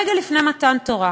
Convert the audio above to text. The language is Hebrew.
רגע לפני מתן תורה.